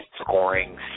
scoring